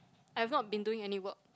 I have not been doing any work